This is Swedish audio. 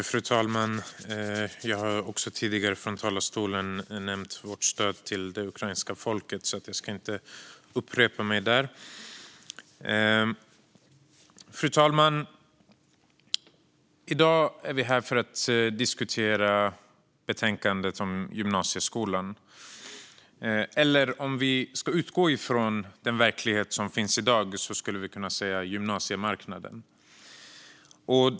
Fru talman! Jag har tidigare i talarstolen nämnt vårt stöd till det ukrainska folket och ska inte upprepa mig. Fru talman! I dag är vi här för att diskutera betänkandet om gymnasieskolan. Om vi ska utgå från den verklighet som finns i dag skulle vi i stället kunna säga gymnasiemarknaden.